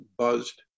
buzzed